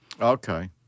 Okay